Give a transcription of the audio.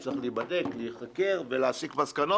הוא צריך להיבדק ולהיחקר ולהסיק מסקנות,